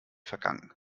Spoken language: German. vergangen